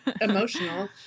emotional